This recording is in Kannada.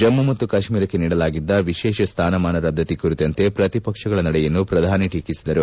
ಜಮ್ಮ ಮತ್ತು ಕಾಶ್ಮೀರಕ್ಕೆ ನೀಡಲಾಗಿದ್ದ ವಿಶೇಷ ಸ್ಥಾನಮಾನ ರದ್ದಕಿ ಕುರಿತಂತೆ ಪ್ರತಿಪಕ್ಷಗಳ ನಡೆಯನ್ನು ಪ್ರಧಾನಿ ಟೀಕಿಸಿದರು